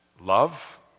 love